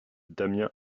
damien